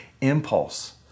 impulse